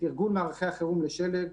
תרגול מערכי החירום לשלג,